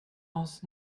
aus